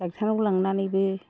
ड'क्टरनाव लांनानैबो